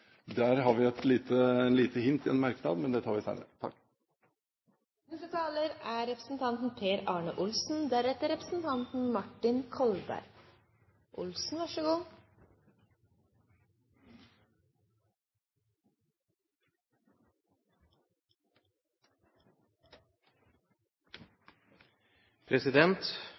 Der har vi et lite hint i en merknad, men det tar vi senere.